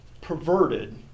perverted